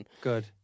Good